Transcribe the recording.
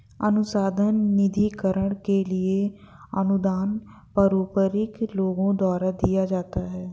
अनुसंधान निधिकरण के लिए अनुदान परोपकारी लोगों द्वारा दिया जाता है